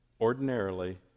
Ordinarily